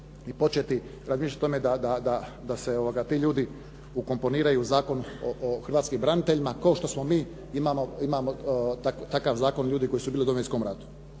i početi razmišljati o tome da se ti ljudi ukomponiraju u Zakon o hrvatskim braniteljima kao što mi imamo takav zakon, ljudi koji su bili u Domovinskom ratu.